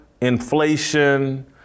inflation